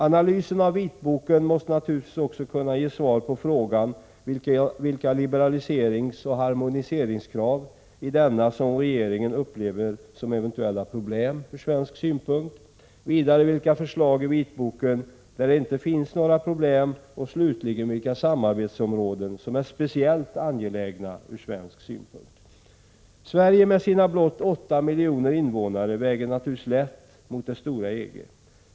Analysen av vitboken måste naturligtvis också ge svar på frågan vilka liberaliseringsoch harmoniseringskrav i vitboken som regeringen upplever som eventuella problem ur svensk synpunkt, vilka förslag i vitboken där det inte finns några problem och slutligen vilka samarbetsområden som är speciellt angelägna ur svensk synpunkt. Sverige med sina blott åtta miljoner invånare väger naturligtvis lätt mot det stora EG.